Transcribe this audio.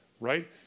right